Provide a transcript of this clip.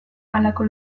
halako